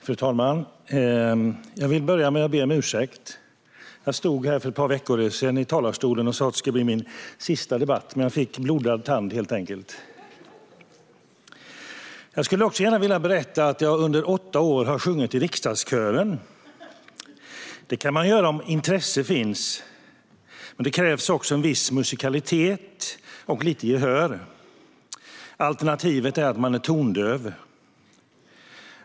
Fru talman! Jag vill börja med att be om ursäkt. Jag stod här för ett par veckor sedan i talarstolen och sa att det skulle bli min sista debatt, men jag fick helt enkelt blodad tand! Jag skulle också gärna vilja berätta att jag under åtta har sjungit i riksdagskören. Det kan man göra om intresse finns, men det krävs också en viss musikalitet och lite gehör. Alternativet är att man är tondöv.